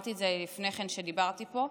ואמרתי את זה לפני כן, כשדיברתי פה: